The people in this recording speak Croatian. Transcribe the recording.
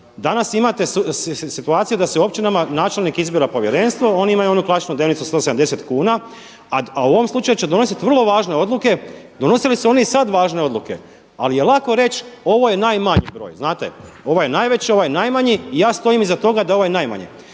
Danas imate situaciju da se u općinama načelnik izbira povjerenstvo oni imaju onu klasičnu dnevnicu 170 kuna, a u ovom slučaju će donositi vrlo važne odluke. Donosili su oni i sada važne odluke ali je lako reći ovo je najmanji broj, znate, ovo je najveći, ovaj je najmanji i ja stojim iza toga da je ovaj najmanji.